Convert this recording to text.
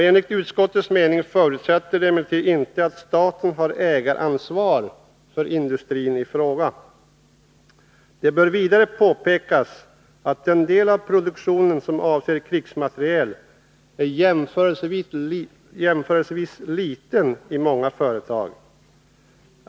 Enligt utskottets mening bör det emellertid inte förutsättas att staten har ägaransvaret för industrin i fråga. Det bör vidare påpekas att den del av produktionen som avser krigsmateriel är jämförelsevis liten i många företag.